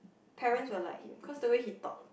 parents will like him cause of the way he talk